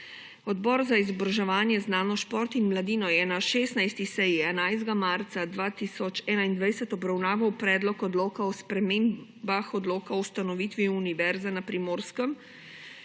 Odbor za izobraževanje, znanost, šport in mladino je na 16. seji 11. marca 2021 obravnaval Predlog odloka o spremembah Odloka o ustanovitvi Univerze na Primorskem,